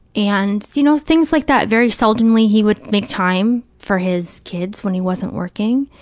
and, you know, things like that. very seldomly he would make time for his kids when he wasn't working.